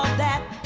that